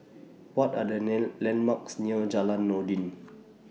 What Are The Land landmarks near Jalan Noordin